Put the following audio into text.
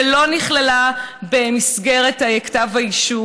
שלא נכללה במסגרת כתב האישום,